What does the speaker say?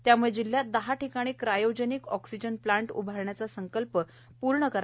त्याम्ळे जिल्ह्यात दहा ठिकाणी क्रायोजनिक ऑक्सिजन प्लांट उभारण्याचा संकल्प पूर्ण करा